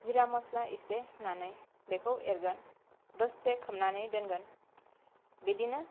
जिरा मस्ला एसे होनानै बेखौ एरगोन दसे खौबनानै दोनगोन बिदिनो